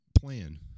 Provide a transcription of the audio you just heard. plan